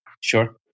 Sure